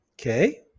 Okay